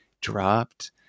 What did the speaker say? dropped